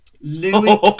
Louis